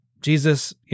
Jesus